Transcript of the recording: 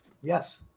Yes